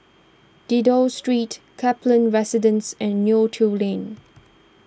Dido Street Kaplan Residence and Neo Tiew Lane